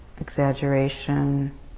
exaggeration